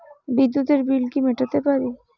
বিদ্যুতের বিল কি মেটাতে পারি?